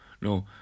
no